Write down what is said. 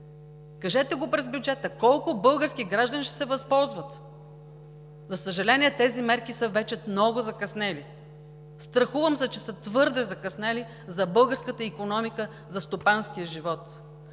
кажете през бюджета колко български граждани ще се възползват? За съжаление, тези мерки са много закъснели, страхувам се, че са твърде закъснели за българската икономика, за стопанския живот.